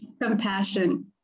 Compassion